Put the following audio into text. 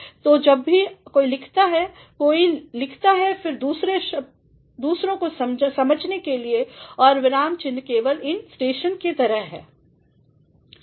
तो जब भी कोई लिखता हैकोईलिखता है सिर्फ दूसरों के समझने के लिए और विराम चिह्नकेवल इन स्टेशन के तरह है